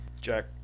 Jack